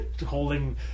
holding